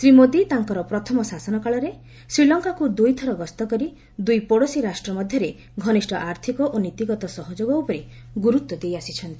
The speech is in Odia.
ଶ୍ରୀ ମୋଦି ତାଙ୍କର ପ୍ରଥମ ଶାସନକାଳରେ ଶ୍ରୀଲଙ୍କାକୁ ଦୁଇଥର ଗସ୍ତ କରି ଦୁଇ ପଡ଼ୋଶୀ ରାଷ୍ଟ୍ର ମଧ୍ୟରେ ଘନିଷ୍ଠ ଆର୍ଥିକ ଓ ନୀତିଗତ ସହଯୋଗ ଉପରେ ଗୁରୁତ୍ୱ ଦେଇ ଆସିଛନ୍ତି